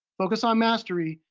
focus on mastery,